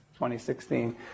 2016